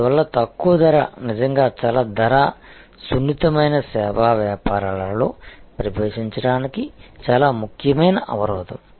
అందువల్ల తక్కువ ధర నిజంగా చాలా ధర సున్నితమైన సేవా వ్యాపారాలలో ప్రవేశించడానికి చాలా ముఖ్యమైన అవరోధం